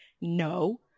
No